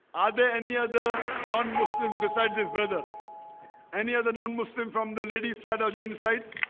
are there any other? non-muslim besides this brother any other non-muslim from the ladies side of genocide?